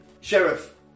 Sheriff